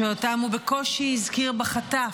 שאותם הוא בקושי הזכיר בחטף,